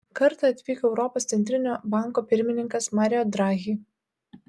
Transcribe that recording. kartą atvyko europos centrinio banko pirmininkas mario draghi